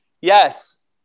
Yes